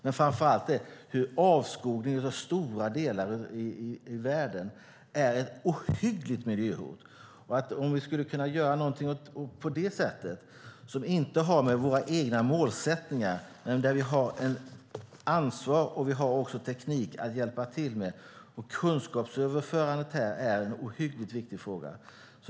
Men framför allt är avskogningen av stora delar av världen ett ohyggligt miljöhot. Vi skulle kunna göra något som inte har med våra egna målsättningar att göra, men där vi tar ansvar och hjälper till med teknik. Kunskapsöverföring är en ohyggligt viktig fråga.